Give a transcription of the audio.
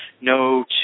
No